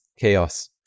chaos